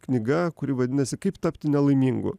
knyga kuri vadinasi kaip tapti nelaimingu